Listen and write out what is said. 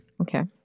Okay